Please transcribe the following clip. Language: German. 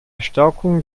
stärkung